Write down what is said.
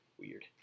weird